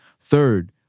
Third